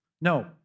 No